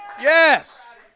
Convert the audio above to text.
Yes